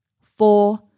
Four